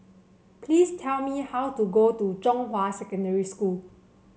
please tell me how to go to Zhonghua Secondary School